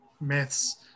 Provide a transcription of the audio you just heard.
myths